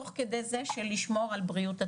תוך כדי זה של לשמור על בריאות הציבור,